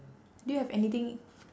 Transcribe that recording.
do you have anything